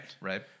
Right